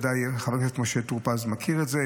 חבר הכנסת משה טור פז מכיר את זה,